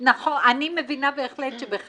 אז מה, אסור לי לענות לך אם אתה נואם?